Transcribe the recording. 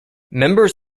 members